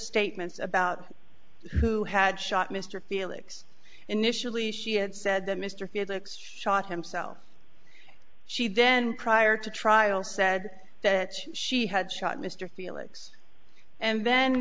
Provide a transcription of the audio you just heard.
statements about who had shot mr felix initially she had said that mr felix shot himself she then prior to trial said that she had shot mr felix and then